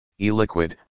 e-liquid